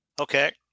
Okay